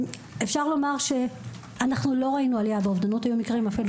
אפשר לומר שאנחנו לא ראינו עלייה באובדנות בתקופת הקורונה.